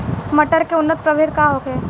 मटर के उन्नत प्रभेद का होखे?